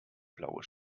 blaue